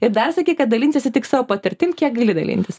ir dar sakei kad dalinsiesi tik savo patirtim kiek gali dalintis